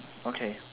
okay